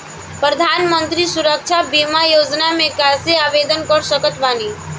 प्रधानमंत्री सुरक्षा बीमा योजना मे कैसे आवेदन कर सकत बानी?